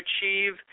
achieve